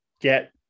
get